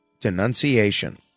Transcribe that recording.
denunciation